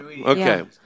Okay